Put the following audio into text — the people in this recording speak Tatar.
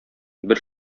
бер